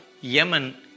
Yemen